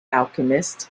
alchemist